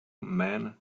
men